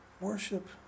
Worship